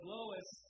Lois